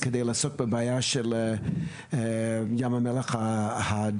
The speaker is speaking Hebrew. כדי לעסוק בבעיה של ים המלח הדרומי,